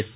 yes